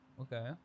Okay